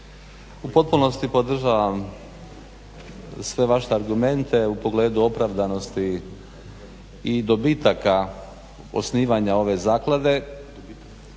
u potpunosti podržavam sve vaše argumente u pogledu opravdanosti i dobitaka osnivanja ove zaklade.